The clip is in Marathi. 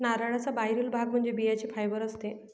नारळाचा बाहेरील भाग म्हणजे बियांचे फायबर असते